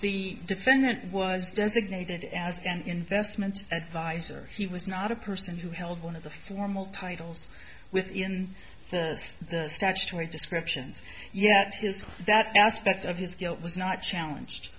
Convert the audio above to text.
the defendant was designated as an investment adviser he was not a person who held one of the formal titles within the statutory descriptions yet his that aspect of his guilt was not challenged